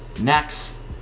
Next